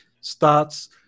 starts